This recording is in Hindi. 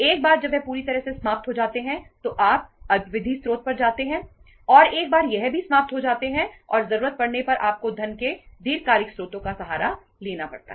एक बार जब वह पूरी तरह से समाप्त हो जाते हैं तो आप अल्पावधि स्रोत पर जाते हैं और एक बार यह भी समाप्त हो जाता है और जरूरत पड़ने पर आपको धन के दीर्घकालिक स्रोतों का सहारा लेना पड़ता है